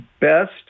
best